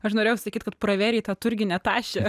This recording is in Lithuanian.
aš norėjau sakyt kad pravėrei tą turginę tašę